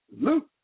Luke